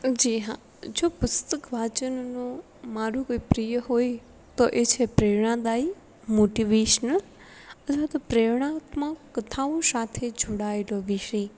જી હા જો પુસ્તક વાંચનનું મારું કોઈ પ્રિય હોય તો એ છે પ્રેણાદાયી મોટીવેશનલ અથવા તો પ્રેરણાત્મક કથાઓ સાથે જોડાયેલો વિષય